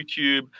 YouTube